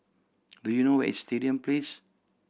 do you know where is Stadium Place